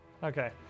Okay